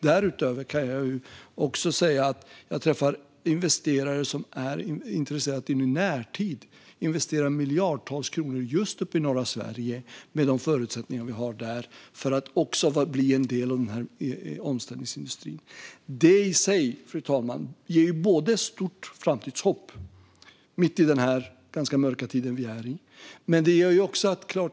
Därutöver kan jag säga att jag träffar investerare som är intresserade av att i närtid investera miljardtals kronor i norra Sverige, med de förutsättningar som finns där, för att också bli en del av omställningsindustrin. Det i sig, fru talman, ger stort framtidshopp mitt i den mörka tid vi befinner oss i.